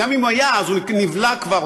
וגם אם הוא היה אז הוא נבלע כבר,